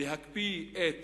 להקפיא את